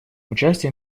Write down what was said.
участие